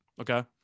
Okay